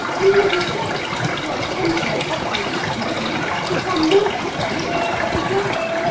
and you yourself your temper bottled up within become more disagreeable every day.